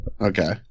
Okay